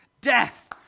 Death